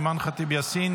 אימאן ח'טיב יאסין,